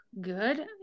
good